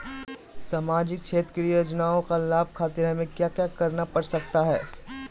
सामाजिक क्षेत्र की योजनाओं का लाभ खातिर हमें क्या क्या करना पड़ सकता है?